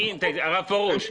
הרב פורוש,